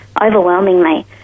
overwhelmingly